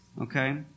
okay